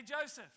Joseph